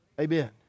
Amen